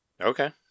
Okay